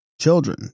children